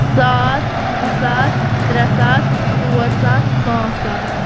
ساس زٕ ساس ترٛےٚ ساس ژور ساس پانٛژھ ساس